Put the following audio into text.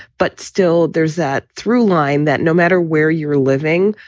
but still, there's that through line that no matter where you're living,